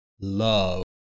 love